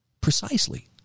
Precisely